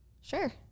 Sure